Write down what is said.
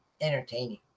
entertaining